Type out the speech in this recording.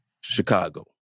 Chicago